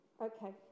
Okay